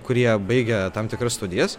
kurie baigę tam tikras studijas